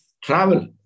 travel